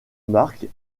marque